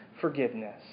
forgiveness